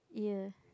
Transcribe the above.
ear